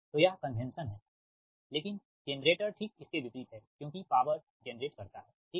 तो यह कन्वेंशन है लेकिन जेनरेटर ठीक इसके विपरीत है क्योंकि पॉवर जनरेट करता है ठीक